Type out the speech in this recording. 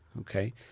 Okay